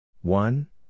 One